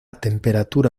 temperatura